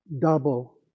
double